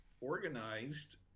organized